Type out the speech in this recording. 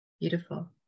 beautiful